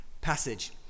passage